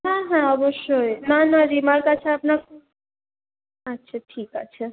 হ্যাঁ হ্যাঁ অবশ্যই না না রিমার কাছে আপনার আচ্ছা ঠিক আছে